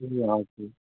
ए हजुर